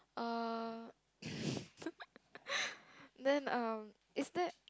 uh then um is there